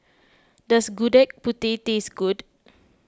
does Gudeg Putih taste good